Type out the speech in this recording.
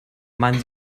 man